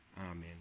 Amen